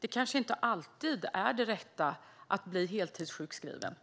Det kanske inte alltid är det rätta att bli heltidssjukskriven,